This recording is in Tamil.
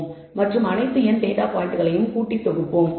மற்றும் அனைத்து n டேட்டா பாயிண்ட்களையும் கூட்டி தொகுப்போம்